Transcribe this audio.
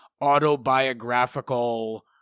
autobiographical